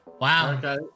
Wow